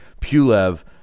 Pulev